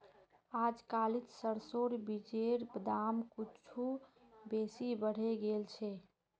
अजकालित सरसोर बीजेर दाम कुछू बेसी बढ़े गेल छेक